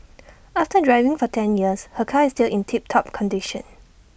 after driving for ten years her car is still in tip top condition